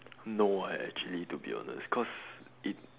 no eh actually to be honest cause it